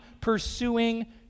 pursuing